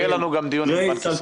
יהיה לנו גם דיון עם בנק ישראל.